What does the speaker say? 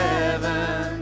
heaven